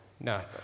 No